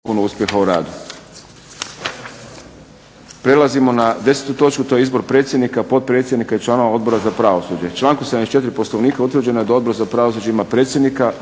i članova Odbora za pravosuđe To je izbor predsjednika, potpredsjednika i članova Odbora za pravosuđe. Člankom 74. Poslovnika utvrđeno je da Odbor za pravosuđe ima predsjednika,